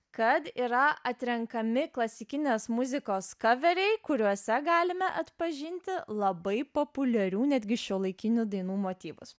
kad yra atrenkami klasikinės muzikos kaveriai kuriuose galime atpažinti labai populiarių netgi šiuolaikinių dainų motyvus